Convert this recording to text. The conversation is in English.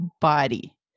body